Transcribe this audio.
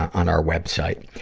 on our web site.